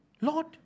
Lord